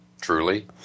Truly